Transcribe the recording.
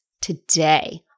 today